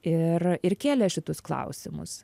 ir ir kėlė šitus klausimus